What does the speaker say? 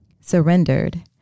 surrendered